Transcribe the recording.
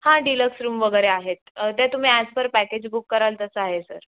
हां deluxe room वगैरे आहेत ते तुम्ही अॅज पर पॅकेज बुक कराल तसं आहे सर